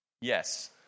Yes